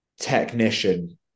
technician